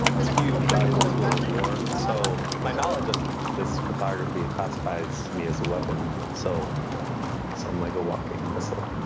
it's a huge valuable tool in war. so my knowledge of this cryptography, it classifies me as a weapon. so so i'm like a walking missile.